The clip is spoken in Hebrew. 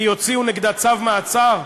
כי יוציאו נגדה צו מעצר?